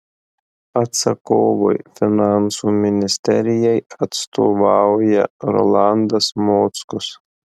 atsakovui finansų ministerijai atstovauja rolandas mockus